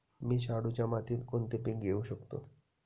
मी शाडूच्या मातीत कोणते पीक घेवू शकतो?